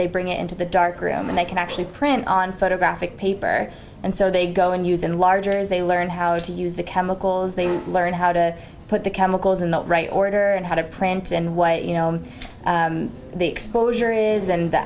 they bring it into the dark room and they can actually print on photographic paper and so they go and use and larger as they learn how to use the chemicals they learn how to put the chemicals in the right order and how to print and what the exposure is and the